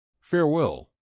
Farewell